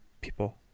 people